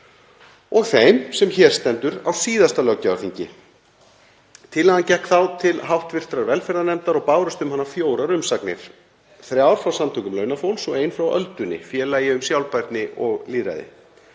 og þeim sem hér stendur á síðasta löggjafarþingi. Tillagan gekk þá til hv. velferðarnefndar og bárust um hana fjórar umsagnir, þrjár frá samtökum launafólks og ein frá Öldunni, félagi um sjálfbærni og lýðræði.